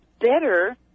better